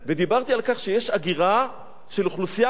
שיש הגירה של אוכלוסייה ערבית מהארץ.